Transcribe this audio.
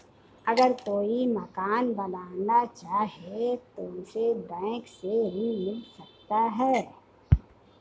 अगर कोई मकान बनाना चाहे तो उसे बैंक से ऋण मिल सकता है?